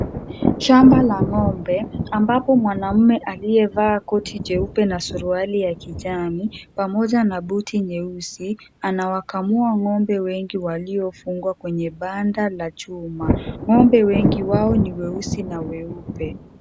Shamba la ng'ombe ambapo mwanaume aliyevaa koti jeupe na suruali ya kijani pamoja na buti nyeusi, anawakamua ng'ombe wengi waliofungwa kwenye banda la chuma. Ng'ombe wengi wao ni weusi na weupe.